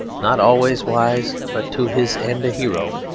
not always wise but to his end a hero,